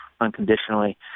unconditionally